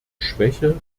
schwäche